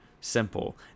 simple